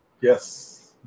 Yes